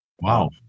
Wow